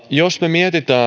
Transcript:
jos me mietimme